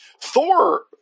Thor